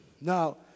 Now